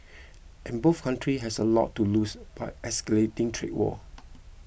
and both countries has a lot to lose by escalating trade war